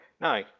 No